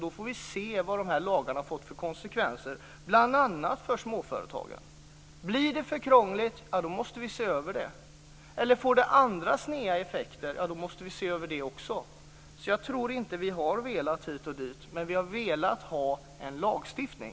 Då får vi se vad de här lagarna får för konsekvenser, bl.a. för småföretagen. Blir det för krångligt måste vi se över det. Får det andra sneda effekter måste vi se över det också. Jag tror inte att vi har velat hit och dit, men vi har velat ha en lagstiftning.